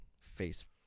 face-